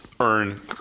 Earn